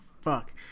Fuck